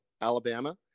alabama